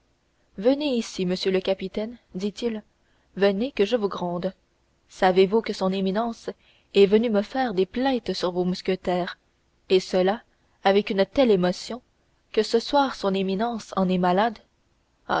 tréville venez ici monsieur le capitaine dit-il venez que je vous gronde savez-vous que son éminence est venue me faire des plaintes sur vos mousquetaires et cela avec une telle émotion que ce soir son éminence en est malade